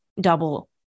double